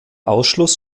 ausschluss